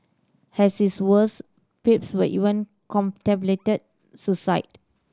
has his worst even contemplated suicide